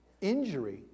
injury